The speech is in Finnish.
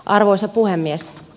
arvoisa puhemies